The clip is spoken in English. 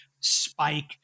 spike